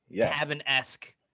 cabin-esque